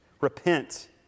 Repent